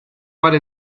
para